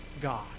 God